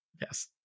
Yes